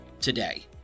today